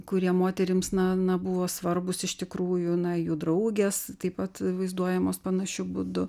kurie moterims na na buvo svarbūs iš tikrųjų na jų draugės taip pat vaizduojamos panašiu būdu